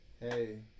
Hey